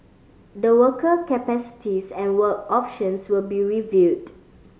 the worker capacities and work options will be reviewed